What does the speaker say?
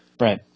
Right